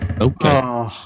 Okay